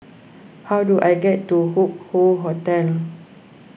how do I get to Hup Hoe Hotel